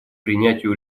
принятию